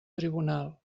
tribunal